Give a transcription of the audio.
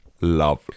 love